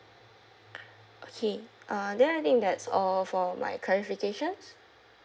okay uh then I think that's all for my clarification